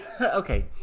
Okay